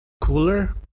cooler